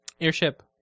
airship